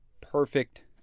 perfect